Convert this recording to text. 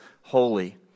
holy